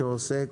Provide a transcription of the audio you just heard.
חוק שעוסק